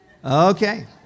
Okay